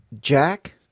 jack